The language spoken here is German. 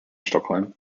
stockholm